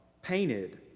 painted